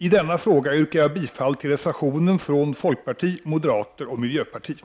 I denna fråga yrkar jag bifall till reservationen från folkpartiet, moderaterna och miljöpartiet.